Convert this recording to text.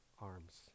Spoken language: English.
arms